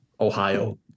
Ohio